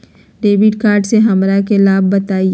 Debit card से हमरा के लाभ बताइए?